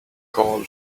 cole